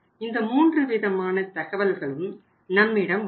இந்த மூன்று விதமான தகவல்களும் நம்மிடம் உள்ளன